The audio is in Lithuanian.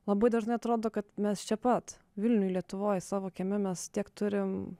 labai dažnai atrodo kad mes čia pat vilniuj lietuvoj savo kieme mes tiek turim